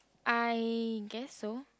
I guess so